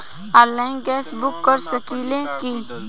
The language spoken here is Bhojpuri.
आनलाइन गैस बुक कर सकिले की?